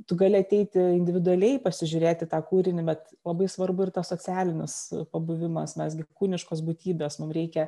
tu gali ateiti individualiai pasižiūrėti tą kūrinį bet labai svarbu ir tas socialinis pabuvimas mes gi kūniškos būtybės mum reikia